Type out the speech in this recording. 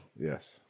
Yes